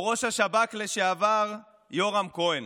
או ראש השב"כ לשעבר יורם כהן?